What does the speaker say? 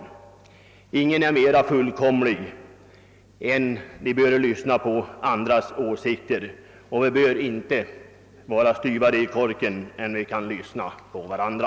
Ingen är mera fullkomlig än att han har nytta av andras råd, och vi bör inte vara styvare i korken än att vi kan lyssna till varandra.